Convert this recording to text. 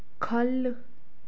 ख'ल्ल